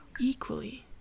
equally